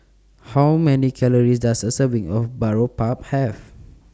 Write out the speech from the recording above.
How Many Calories Does A Serving of Boribap Have